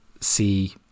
see